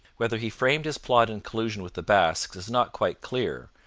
whether he framed his plot in collusion with the basques is not quite clear,